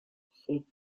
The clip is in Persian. خوب